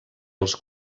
els